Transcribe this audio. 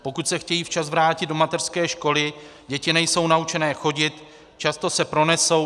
Pokud se chtějí včas vrátit do mateřské školy, děti nejsou naučené chodit, často se pronesou.